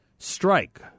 strike